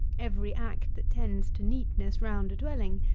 every act that tends to neatness round a dwelling,